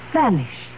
vanish